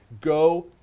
Go